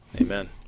Amen